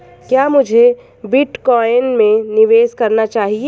क्या मुझे बिटकॉइन में निवेश करना चाहिए?